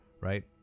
right